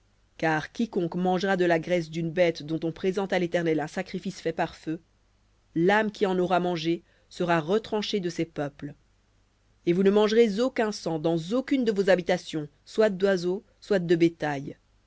car quiconque mangera de la graisse d'une bête dont on présente à l'éternel un sacrifice fait par feu l'âme qui en aura mangé sera retranchée de ses peuples et vous ne mangerez aucun sang dans aucune de vos habitations soit d'oiseaux soit de bétail